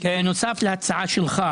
בנוסף להצעה שלך,